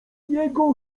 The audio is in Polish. jego